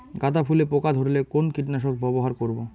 গাদা ফুলে পোকা ধরলে কোন কীটনাশক ব্যবহার করব?